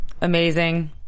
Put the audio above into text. amazing